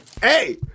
Hey